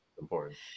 important